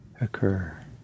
occur